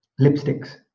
lipsticks